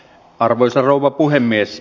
arvoisa rouva puhemies